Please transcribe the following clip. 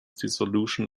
dissolution